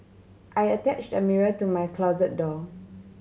I attached a mirror to my closet door